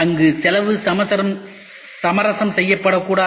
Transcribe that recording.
அங்கு செலவு சமரசம் செய்யப்படக்கூடாது